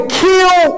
kill